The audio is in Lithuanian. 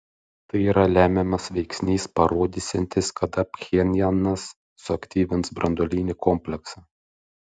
tai yra lemiamas veiksnys parodysiantis kada pchenjanas suaktyvins branduolinį kompleksą